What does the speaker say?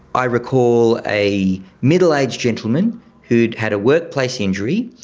i recall a middle-aged gentleman who had had a workplace injury,